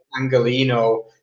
Angelino